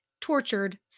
tortured